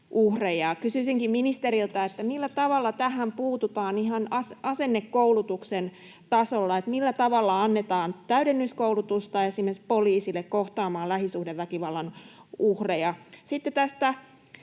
Kysyisinkin ministeriltä: millä tavalla tähän puututaan ihan asennekoulutuksen tasolla, eli millä tavalla annetaan täydennyskoulutusta esimerkiksi poliisille kohtaamaan lähisuhdeväkivallan uhreja? Sitten tästä